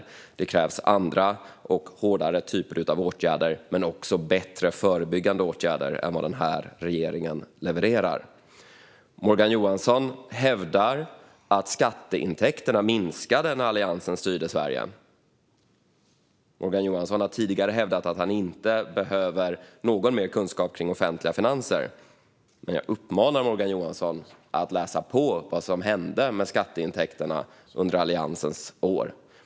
För det krävs andra och hårdare åtgärder men också bättre förebyggande åtgärder än vad den här regeringen levererar. Morgan Johansson hävdar att skatteintäkterna minskade när Alliansen styrde Sverige. Morgan Johansson har tidigare hävdat att han inte behöver någon mer kunskap om offentliga finanser, men jag uppmanar honom att läsa på om vad som hände med skatteintäkterna under Alliansens år.